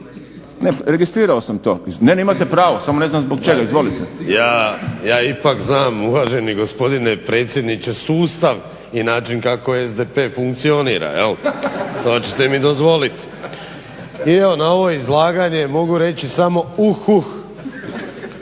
Registrirao sam to. Ne, ne, imate pravo, samo ne znam zbog čega. Izvolite. **Vinković, Zoran (HDSSB)** Ja ipak znam uvaženi gospodine predsjedniče sustav i način kako SDP funkcionira, to ćete mi dozvolit. /Smijeh. I ja na ovo izlaganje mogu reći samo uh, uh.